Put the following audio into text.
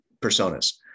personas